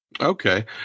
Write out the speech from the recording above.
Okay